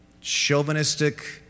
Chauvinistic